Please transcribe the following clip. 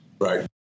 Right